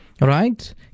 right